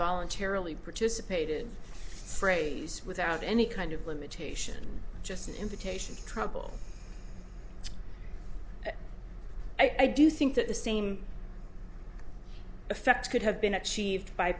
voluntarily participated phrase without any kind of limitation just an invitation to trouble i do think that the same effect could have been achieved by